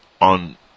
on